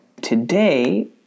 today